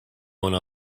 one